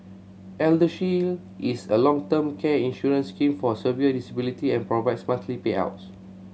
ElderShield is a long term care insurance scheme for severe disability and provides monthly payouts